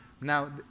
Now